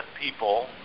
people